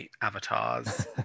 avatars